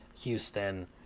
Houston